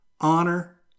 honor